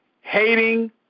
hating